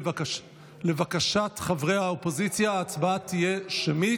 לבקשת חברי האופוזיציה, ההצבעה תהיה שמית.